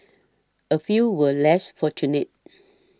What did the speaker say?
a few were less fortunate